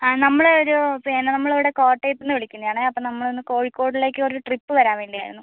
ആ നമ്മള് ഒരു പിന്നെ നമ്മള് ഇവിടെ കോട്ടയത്ത് നിന്ന് വിളിക്കുന്നത് ആണേ അപ്പം നമ്മള് ഒന്ന് കോഴിക്കോടിലേക്ക് ഒര് ട്രിപ്പ് വരാൻ വേണ്ടി ആയിരുന്നു